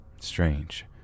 Strange